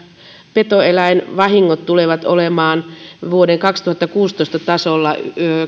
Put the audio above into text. petoeläinvahingot tulevat olemaan vuoden kaksituhattakuusitoista tasolla